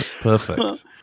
Perfect